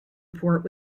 report